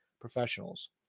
professionals